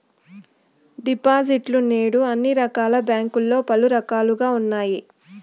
డిపాజిట్లు నేడు అన్ని రకాల బ్యాంకుల్లో పలు రకాలుగా ఉన్నాయి